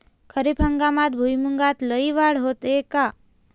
खरीप हंगामात भुईमूगात लई वाढ होते का?